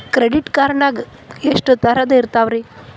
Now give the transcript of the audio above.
Credit card ನಾಗ ಎಷ್ಟು ತರಹ ಇರ್ತಾವ್ರಿ?